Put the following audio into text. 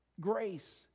grace